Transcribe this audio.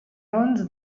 raons